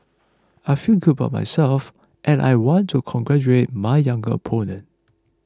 I feel good about myself and I want to congratulate my younger opponent